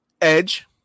Edge